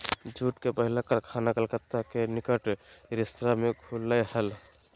jute के पहला कारखाना कलकत्ता के निकट रिसरा में खुल लय हल